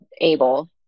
able